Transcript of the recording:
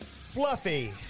Fluffy